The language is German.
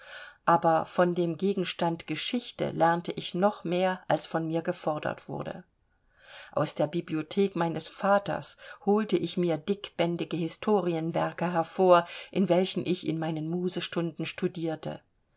aber von dem gegenstand geschichte lernte ich noch mehr als von mir gefordert wurde aus der bibliothek meines vaters holte ich mir dickbändige historienwerke hervor in welchen ich in meinen mußestunden studierte